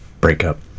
breakup